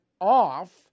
off